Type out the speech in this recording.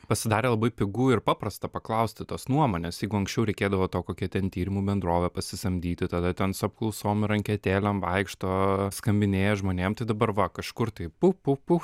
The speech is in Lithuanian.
pasidarė labai pigu ir paprasta paklausti tos nuomonės jeigu anksčiau reikėdavo to kokią ten tyrimų bendrovę pasisamdyti tada ten su apklausom ir anketėlėm ten vaikšto skambinėja žmonėms tai dabar va kažkur tai pu pu pu